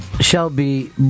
Shelby